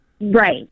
right